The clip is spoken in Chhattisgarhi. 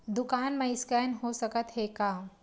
दुकान मा स्कैन हो सकत हे का?